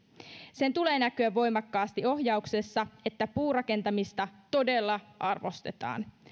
sen tulee näkyä voimakkaasti ohjauksessa että puurakentamista todella arvostetaan